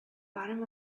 bottom